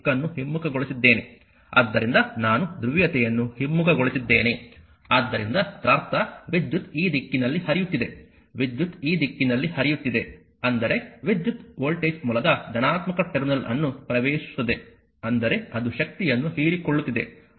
ಆದ್ದರಿಂದ ನಾನು ಧ್ರುವೀಯತೆಯನ್ನು ಹಿಮ್ಮುಖಗೊಳಿಸಿದ್ದೇನೆ ಆದ್ದರಿಂದ ಅದರ ಅರ್ಥ ವಿದ್ಯುತ್ ಈ ದಿಕ್ಕಿನಲ್ಲಿ ಹರಿಯುತ್ತಿದೆ ವಿದ್ಯುತ್ ಈ ದಿಕ್ಕಿನಲ್ಲಿ ಹರಿಯುತ್ತಿದೆ ಅಂದರೆ ವಿದ್ಯುತ್ ವೋಲ್ಟೇಜ್ ಮೂಲದ ಧನಾತ್ಮಕ ಟರ್ಮಿನಲ್ ಅನ್ನು ಪ್ರವೇಶಿಸುತ್ತದೆ ಅಂದರೆ ಅದು ಶಕ್ತಿಯನ್ನು ಹೀರಿಕೊಳ್ಳುತ್ತಿದೆ